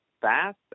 fast